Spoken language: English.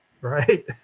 Right